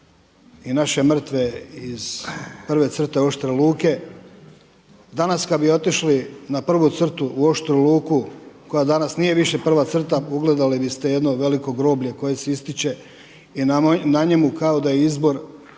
i naše mrtve iz prve crte oštre luke. Danas kada bi otišli na prvu crtu u Oštu Luku koja danas nije više prva crta ugledali biste jedno veliko groblje koje se ističe i na njemu kao da je izbor